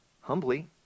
humbly